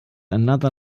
another